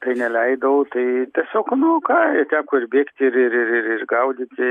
tai neleidau tai tiesiog nu ką teko ir bėgt ir ir ir gaudyti